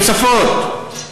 תוספות.